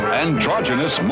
androgynous